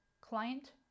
Client